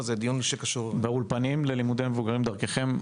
באולפנים ללימודי מבוגרים שדרככם,